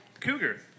Cougar